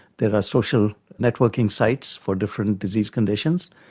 there are social networking sites for different disease conditions,